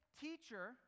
teacher